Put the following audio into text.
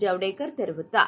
ஜவடேகர் தெரிவித்தார்